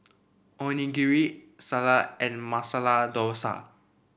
Onigiri Salsa and Masala Dosa